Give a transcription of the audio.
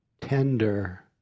tender